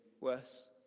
worse